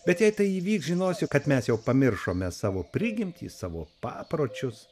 bet jei tai įvyks žinosiu kad mes jau pamiršome savo prigimtį savo papročius